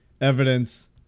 evidence